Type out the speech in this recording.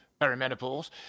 perimenopause